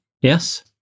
yes